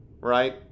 right